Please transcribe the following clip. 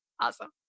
Awesome